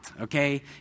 okay